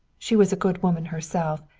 she was a good woman herself,